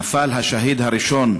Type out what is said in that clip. נפל השהיד הראשון,